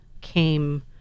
came